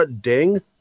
Ding